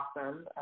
awesome